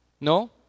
No